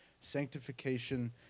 sanctification